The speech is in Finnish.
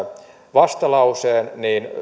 vastalauseen